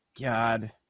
God